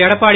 Edappadi